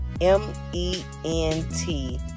M-E-N-T